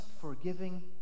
forgiving